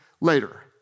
later